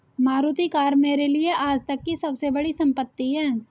Maruti car मेरे लिए आजतक की सबसे बड़ी संपत्ति है